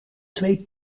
twee